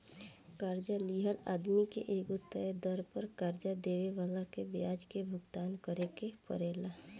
कर्जा लिहल आदमी के एगो तय दर पर कर्जा देवे वाला के ब्याज के भुगतान करेके परेला